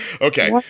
Okay